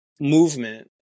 movement